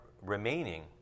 Remaining